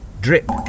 drip